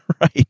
Right